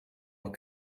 doch